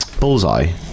Bullseye